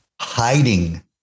hiding